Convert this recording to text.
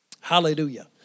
Hallelujah